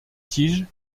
tige